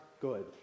good